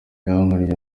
yankurije